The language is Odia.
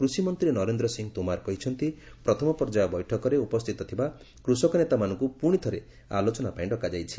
କୃଷିମନ୍ତ୍ରୀ ନରେନ୍ଦ୍ର ସିଂହ ତୋମାର୍ କହିଛନ୍ତି ପ୍ରଥମ ପର୍ଯ୍ୟାୟ ବୈଠକରେ ଉପସ୍ଥିତ ଥିବା କୃଷକ ନେତାମାନଙ୍କୁ ପୁଣି ଥରେ ଆଲୋଚନାପାଇଁ ଡକାଯାଇଛି